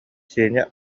сеня